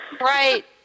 Right